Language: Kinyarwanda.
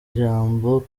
ijambo